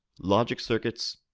logic circuits,